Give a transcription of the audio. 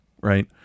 right